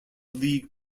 league